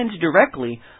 directly